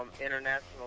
international